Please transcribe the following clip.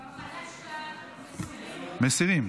מסירים.